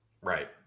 Right